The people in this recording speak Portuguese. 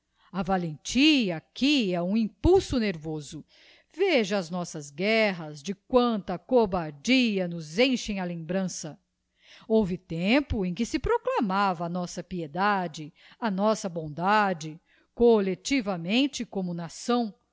valentia aqui é um impulso nervoso veja as nossas guerras de quanta cobardia nos enchem a lembrança houve tempo em que se proclamava a nossa piedade a nossa bondade collectivamente como nação